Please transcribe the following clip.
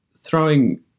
throwing